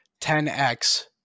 10x